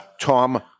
Tom